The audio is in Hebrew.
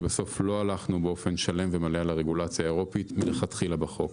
כי בסוף לא הלכנו באופן שלם ומלא על הרגולציה האירופית מלכתחילה בחוק.